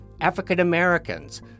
African-Americans